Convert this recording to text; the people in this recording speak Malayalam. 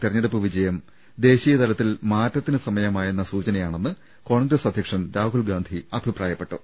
തെരഞ്ഞെടുപ്പുവിജയം ദേശീയതലത്തിൽ മാറ്റത്തിന് സമയമായെന്ന സൂച നയാണെന്ന് കോൺഗ്രസ് അധ്യക്ഷൻ രാഹുൽഗാന്ധി അഭിപ്രായപ്പെട്ടു